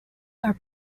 are